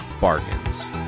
bargains